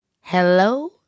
Hello